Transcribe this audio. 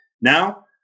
Now